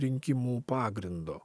rinkimų pagrindo